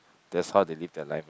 that's how they live their life ah